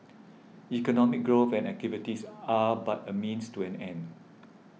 economic growth and activities are but a means to an end